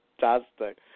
fantastic